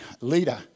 leader